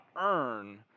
earn